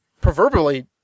proverbially